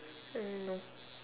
mm no